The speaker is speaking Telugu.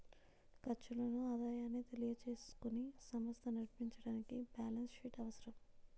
ఖర్చులను ఆదాయాన్ని తెలియజేసుకుని సమస్త నడిపించడానికి బ్యాలెన్స్ షీట్ అవసరం